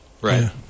right